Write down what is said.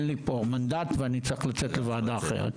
לי פה מנדט ואני צריך לצאת לוועדה אחרת.